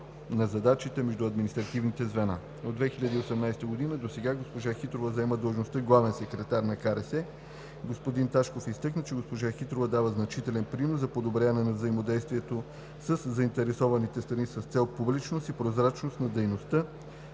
на задачите между административните звена. От 2018 г. до сега госпожа Хитрова заема длъжността „главен секретар“ на КРС. Господин Ташков изтъкна, че госпожа Хитрова дава значителен принос за подобряване на взаимодействието със заинтересованите страни с цел публичност и прозрачност на дейността